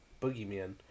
boogeyman